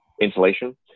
insulation